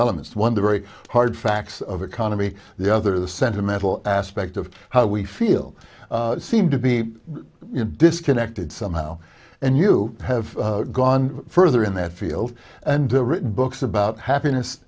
elements one the very hard facts of economy the other the sentimental aspect of how we feel seem to be disconnected somehow and you have gone further in that field and written books about happiness